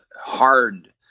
hard